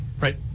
Right